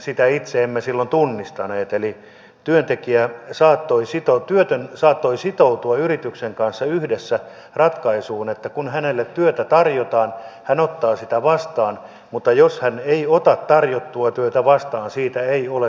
sitä itse emme silloin tunnistaneet eli työtön saattoi sitoutua yrityksen kanssa yhdessä ratkaisuun että kun hänelle työtä tarjotaan hän ottaa sitä vastaan mutta jos hän ei ota tarjottua työtä vastaan siitä ei ole seuraamuksia